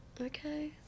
Okay